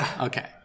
okay